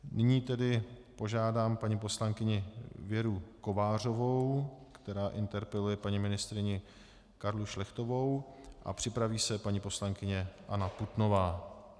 Nyní tedy požádám paní poslankyni Věru Kovářovou, která interpeluje paní ministryni Karlu Šlechtovou, a připraví se paní poslankyně Anna Putnová.